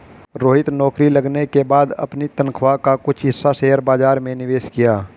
रोहित नौकरी लगने के बाद अपनी तनख्वाह का कुछ हिस्सा शेयर बाजार में निवेश किया